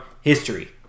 history